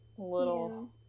Little